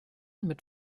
mit